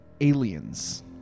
Aliens